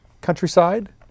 countryside